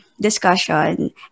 discussion